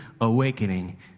awakening